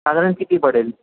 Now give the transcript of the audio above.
साधारण किती पडेल